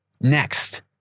Next